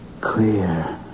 Clear